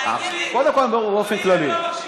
אני מדבר באופן כללי.